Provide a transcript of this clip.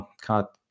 cut